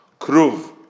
kruv